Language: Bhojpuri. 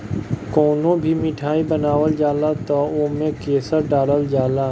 कवनो भी मिठाई बनावल जाला तअ ओमे केसर डालल जाला